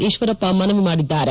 ಈಶ್ವರಪ್ಪ ಮನವಿ ಮಾಡಿದ್ದಾರೆ